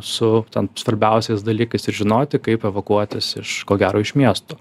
su svarbiausiais dalykais ir žinoti kaip evakuotis iš ko gero iš miestų